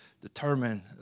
determine